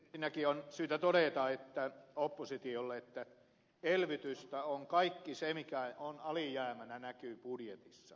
ensinnäkin on syytä todeta oppositiolle että elvytystä on kaikki se mikä alijäämänä näkyy budjetissa